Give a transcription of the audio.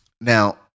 now